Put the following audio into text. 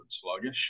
sluggish